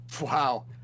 wow